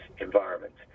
environments